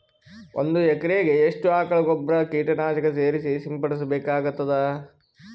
ಒಂದು ಎಕರೆಗೆ ಎಷ್ಟು ಆಕಳ ಗೊಬ್ಬರ ಕೀಟನಾಶಕ ಸೇರಿಸಿ ಸಿಂಪಡಸಬೇಕಾಗತದಾ?